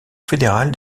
fédérale